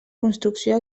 construcció